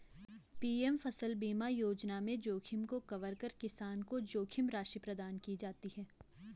PM फसल बीमा योजना में जोखिम को कवर कर किसान को जोखिम राशि प्रदान की जाती है